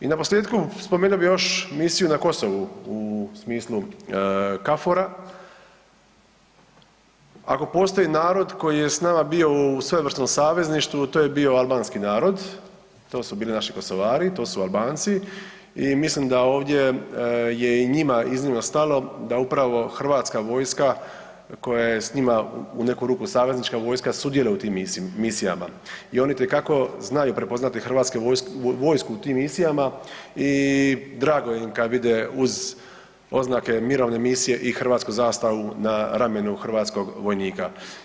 I naposljetku spomenuo bih još misiju na Kosovu u smislu KFOR-a, ako postoji narod koji je s nama bio u svojevrsnom savezništvu to je bio Albanski narod, to su bili naši Kosovari, to su Albanci i mislim da je ovdje i njima iznimno stalo da upravo hrvatska vojska koja je s njima u neku ruku saveznička vojska sudjeluje u tim misijama i oni to itekako znaju prepoznati hrvatsku vojsku u tim misijama i drago im je kada vide uz oznake mirovne misije i hrvatsku zastavu na ramenu hrvatskog vojnika.